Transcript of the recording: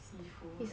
seafood